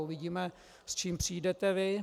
Uvidíme, s čím přijdete vy.